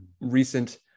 recent